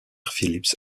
phillips